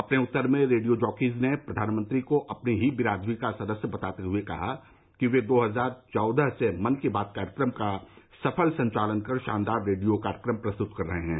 अपने उत्तर में रेडियो जॉकीज ने प्रधानमंत्री को अपनी ही बिरादरी का सदस्य बताते हुए कहा कि वे दो हजार चौदह से मन की बात कार्यक्रम का सफल संचालन कर शानदार रेडियो कार्यक्रम प्रस्तुत कर रहे हैं